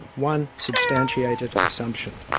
one substantiated assumption.